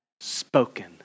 spoken